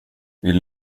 vill